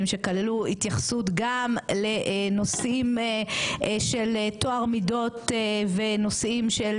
שכללו התייחסות גם לנושאים של טוהר מידות ונושאים של